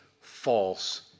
false